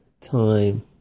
time